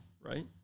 right